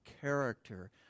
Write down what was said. character